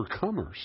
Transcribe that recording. overcomers